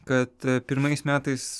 kad pirmais metais